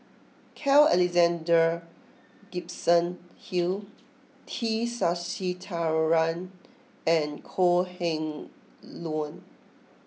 Carl Alexander Gibson Hill T Sasitharan and Kok Heng Leun